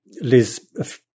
Liz